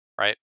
right